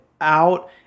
out